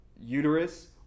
uterus